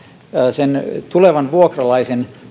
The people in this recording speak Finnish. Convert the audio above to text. sen tulevan vuokralaisen